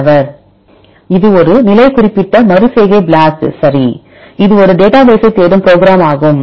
மாணவர் இது ஒரு நிலை குறிப்பிட்ட மறு செய்கை BLAST சரி இது ஒரு டேட்டா பேசை தேடும் புரோகிராம் ஆகும்